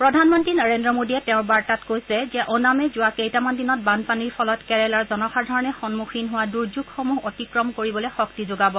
প্ৰধানমন্ত্ৰী নৰেন্দ্ৰ মোডীয়ে তেওঁৰ বাৰ্তাত কৈছে যে অনামে যোৱা কেইটামান দিনত বানপানীৰ ফলত কেৰালাৰ জনসাধাৰণে সন্মুখীন হোৱা দুৰ্যোগসমূহ অতিক্ৰম কৰিবলৈ শক্তি যোগাব